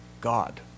God